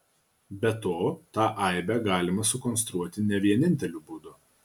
be to tą aibę galima sukonstruoti ne vieninteliu būdu